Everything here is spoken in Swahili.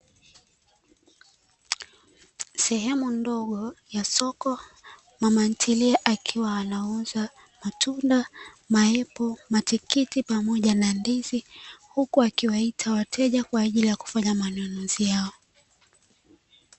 Sehemu ndogo ya soko, mamantilie akiwa anauza matunda, maepo, matikiti pamoja na ndizi, huku akiwaita wateja kwaajili ya kufanya manunuzi yao.